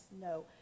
no